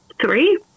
three